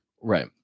right